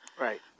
Right